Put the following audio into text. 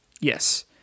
Yes